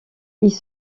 ils